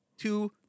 two